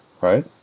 right